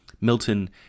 Milton